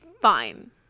fine